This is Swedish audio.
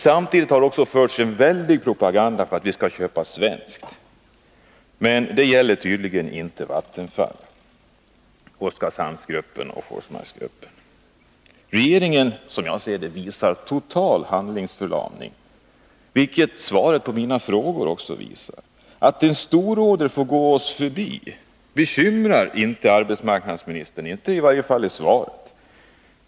Samtidigt har det förts en väldig propaganda för att vi skall köpa svenskt — men det gäller tydligen inte Vattenfall, Oskarshamnsgruppen och Forsmarksgruppen. Regeringen visar, som jag ser det, en total handlingsförlamning — vilket också svaret på mina frågor bekräftar. Att en stororder får gå oss förbi bekymrar inte arbetsmarknadsministern — i varje fall inte i det svar han har gett.